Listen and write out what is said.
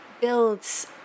builds